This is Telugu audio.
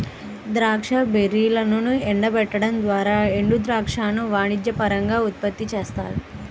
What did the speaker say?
ద్రాక్ష బెర్రీలను ఎండబెట్టడం ద్వారా ఎండుద్రాక్షను వాణిజ్యపరంగా ఉత్పత్తి చేస్తారు